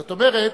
זאת אומרת,